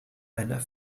einer